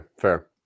Fair